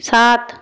সাত